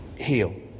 heal